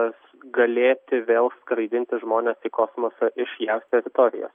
galėti vėl skraidinti žmones į kosmosą iš jav teritorijos